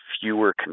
fewer